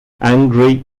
angry